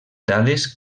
dades